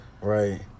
Right